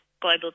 global